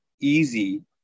easy